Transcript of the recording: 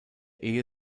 ehe